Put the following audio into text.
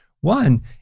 One